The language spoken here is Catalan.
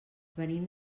venim